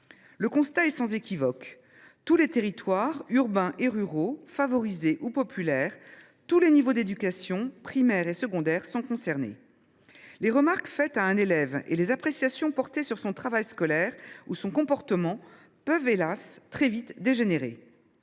Le constat est sans équivoque : tous les territoires, urbains et ruraux, favorisés ou populaires, tous les niveaux d’éducation, primaire comme secondaire, sont concernés. Les remarques faites à un élève et les appréciations portées sur son travail scolaire ou son comportement peuvent – hélas !– très vite dégénérer.